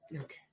Okay